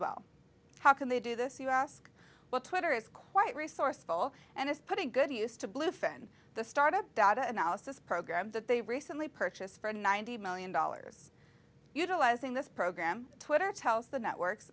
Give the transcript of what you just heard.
well how can they do this you ask what twitter is quite resourceful and is putting good use to bluefin the start up data analysis program that they recently purchased for ninety million dollars utilizing this program twitter tells the networks